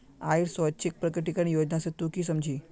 आइर स्वैच्छिक प्रकटीकरण योजना से तू की समझ छि